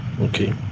okay